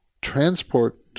Transport